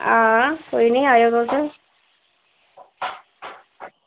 आं कोई निं आयो तुस